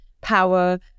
power